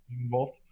involved